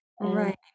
right